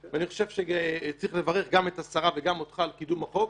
ואני חושב שצריך לברך גם את השרה וגם אותך על קידום החוק.